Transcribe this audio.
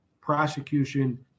prosecution